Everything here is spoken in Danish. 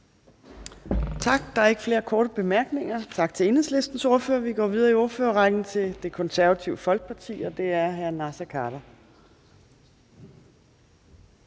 Tak. Der er ikke flere korte bemærkninger. Tak til Enhedslistens ordfører. Vi går videre i ordførerrækken til Det Konservative Folkeparti, og det er hr. Naser Khader.